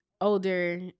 older